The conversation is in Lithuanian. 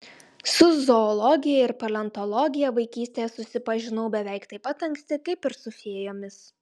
su zoologija ir paleontologija vaikystėje susipažinau beveik taip pat anksti kaip ir su fėjomis